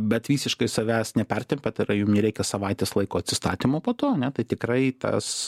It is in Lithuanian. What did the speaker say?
bet visiškai savęs nepertempiat tai yra jum nereikia savaitės laiko atsistatymo po to ane tai tikrai tas